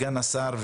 סגן השר,